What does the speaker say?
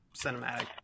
cinematic